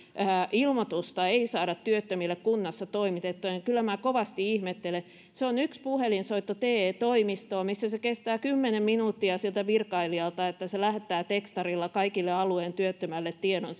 ilmoitusta ei saada työttömille kunnassa toimitettua niin kyllä minä kovasti ihmettelen se on yksi puhelinsoitto te toimistoon missä se kestää kymmenen minuuttia siltä virkailijalta että hän lähettää tekstarilla kaikille alueen työttömille tiedon